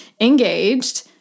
engaged